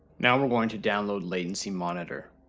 now we're going to download latency monitor.